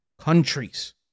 countries